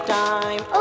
time